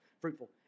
fruitful